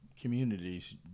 communities